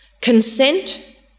Consent